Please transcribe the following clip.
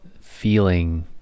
feeling